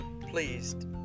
pleased